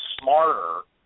smarter